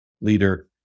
leader